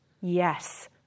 Yes